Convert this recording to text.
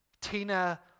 Tina